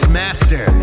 master